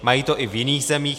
Mají to i v jiných zemích.